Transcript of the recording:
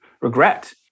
regret